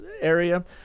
area